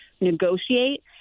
negotiate